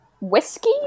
whiskey